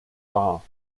dar